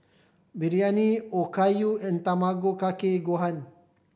Biryani Okayu and Tamago Kake Gohan